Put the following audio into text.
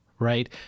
Right